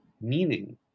Meaning